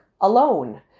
alone